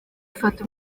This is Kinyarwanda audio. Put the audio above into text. bifata